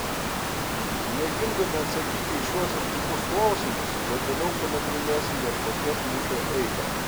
mėgindami atsakyti į šiuos ir kitus klausimus detaliau panagrinėsime ir paties mūšio eigą